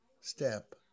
step